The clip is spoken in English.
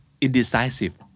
indecisive